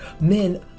men